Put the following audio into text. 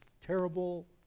terrible